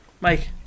Mike